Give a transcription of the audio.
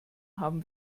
haben